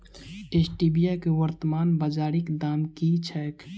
Stevia केँ वर्तमान बाजारीक दाम की छैक?